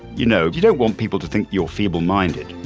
you know, you don't want people to think your feeble minded